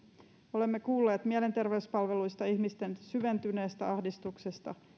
olemme kuulleet mielenterveyspalveluista ihmisten syventyneestä ahdistuksesta